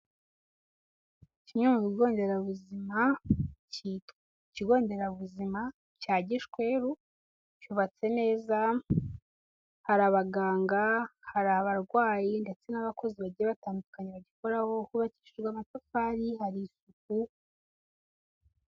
Kimwe mu bigo nderabuzima cyitwa ikigo nderabuzima cya gishweru cyubatse neza hari abaganga, hari abarwayi, ndetse n'abakozi bagiye batandukanye bagikoraho hubakishijwe amatafari hari isuku.